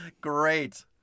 Great